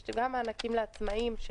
יש מענקים לעצמאים.